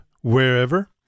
Wherever